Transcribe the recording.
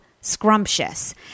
scrumptious